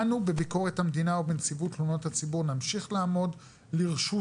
אנו בביקורת המדינה ובנציבות תלונות הציבור נמשיך לעמוד לרשות